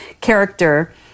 character